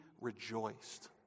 rejoiced